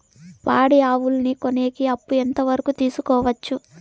పాడి ఆవులని కొనేకి అప్పు ఎంత వరకు తీసుకోవచ్చు?